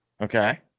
Okay